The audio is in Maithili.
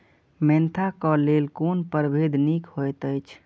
मेंथा क लेल कोन परभेद निक होयत अछि?